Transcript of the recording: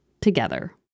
together